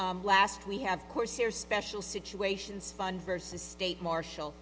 last we have course here special situations fund versus state marshall